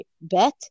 Bet